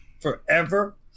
forever